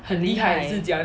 厉害